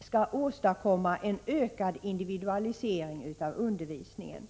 skall åstadkomma en ökad individualisering av undervisningen.